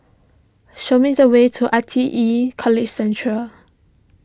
show me the way to I T E College Central